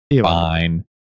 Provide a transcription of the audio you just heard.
fine